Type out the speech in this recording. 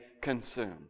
consume